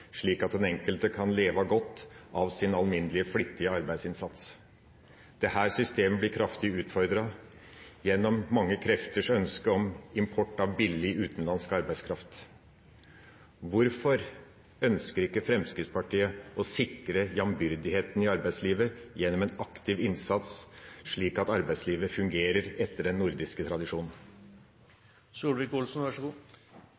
slik at den enkelte kan leve godt av sin alminnelige, flittige arbeidsinnsats. Dette systemet blir kraftig utfordret gjennom mange krefters ønske om import av billig utenlandsk arbeidskraft. Hvorfor ønsker ikke Fremskrittspartiet å sikre jamnbyrdigheten i arbeidslivet gjennom en aktiv innsats, slik at arbeidslivet fungerer etter den nordiske tradisjonen?